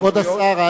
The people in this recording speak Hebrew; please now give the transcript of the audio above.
כבוד השר,